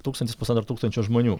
tūkstantis pusantro tūkstančio žmonių